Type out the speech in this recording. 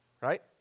right